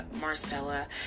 Marcella